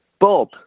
Bob